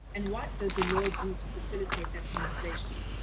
and what does the law do to facilitate the conversation?